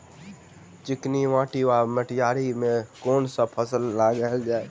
चिकनी माटि वा मटीयारी मे केँ फसल लगाएल जाए?